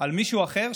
על מישהו אחר,